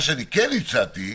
מה שהצעתי,